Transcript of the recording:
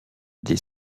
des